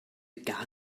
gar